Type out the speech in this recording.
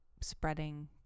spreading